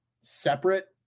separate